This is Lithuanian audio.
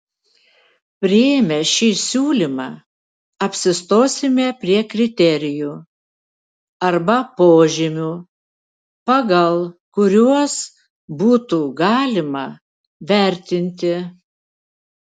priėmę šį siūlymą apsistosime prie kriterijų arba požymių pagal kuriuos būtų galima vertinti